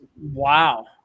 Wow